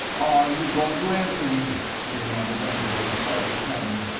are you going to answer me? he demanded, angrily, of the chinaman.